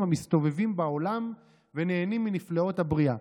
המסתובבים בעולם ונהנים מנפלאות הבריאה.